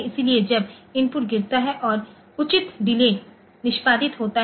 इसलिए जब इनपुट गिरता है और उचित डिले निष्पादित होता है